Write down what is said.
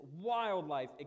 wildlife